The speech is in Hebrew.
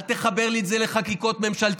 אל תחבר לי את זה לחקיקות ממשלתיות,